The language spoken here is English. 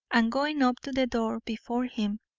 and going up to the door before him,